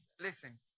Listen